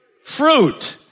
Fruit